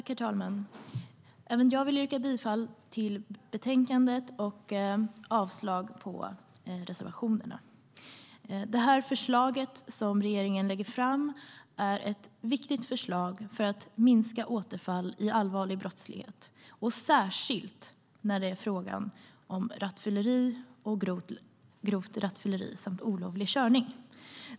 Herr talman! Även jag yrkar bifall till utskottets förslag i betänkandet och avslag på reservationerna. Det förslag som regeringen lägger fram är ett viktigt förslag för att minska återfall i allvarlig brottslighet, särskilt när det är fråga om rattfylleri, grovt rattfylleri samt olovlig körning.